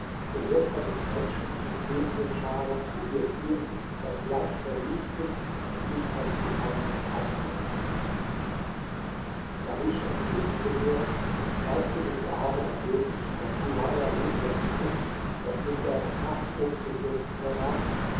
so wird er mit menschen und genienscharen zu dir ziehen dein land verwüsten und dich als gefangene fortschleppen dahisch entgegnete mir weißt du nicht erhabener könig daß turaja so mächtig ist daß sie den berg kaf umzustürzen vermag